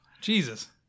Jesus